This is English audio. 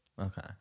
Okay